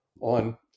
on